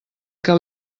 que